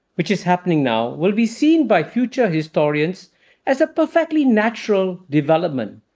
which is happening now, will be seen by future historians as a perfectly natural development.